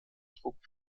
trugen